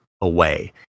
away